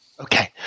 Okay